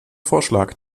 vorschlag